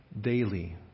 daily